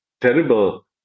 terrible